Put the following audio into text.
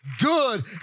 good